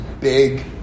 big